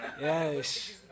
Yes